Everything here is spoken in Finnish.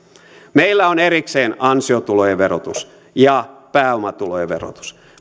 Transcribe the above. meillä on erikseen ansiotulojen verotus ja pääomatulojen verotus